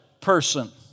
person